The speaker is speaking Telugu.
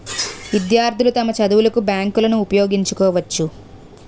విద్యార్థులు తమ చదువులకు బ్యాంకులను ఉపయోగించుకోవచ్చు